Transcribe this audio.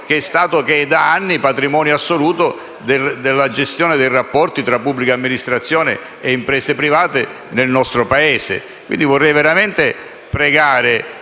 Grazie,